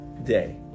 day